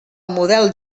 model